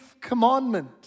commandment